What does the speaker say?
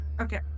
okay